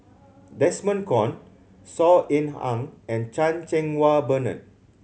Desmond Kon Saw Ean Ang and Chan Cheng Wah Bernard